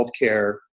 healthcare